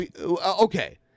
Okay